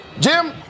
Jim